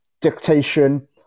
dictation